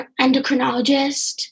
endocrinologist